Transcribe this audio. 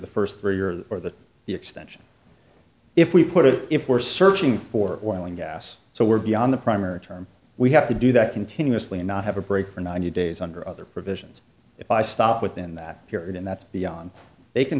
the first barrier or the extension if we put it if we're searching for oil and gas so we're beyond the primary term we have to do that continuously and not have a break for ninety days under other provisions if i stop within that period and that's beyond they can